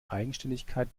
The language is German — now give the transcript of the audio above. eigenständigkeit